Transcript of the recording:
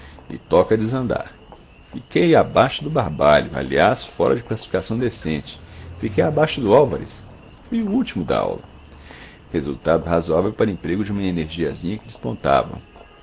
e toca a desandar fiquei abaixo do barbalho aliás fora de classificação decente fiquei abaixo do álvares fui o último da aula resultado razoável para emprego de uma energiazinha que despontava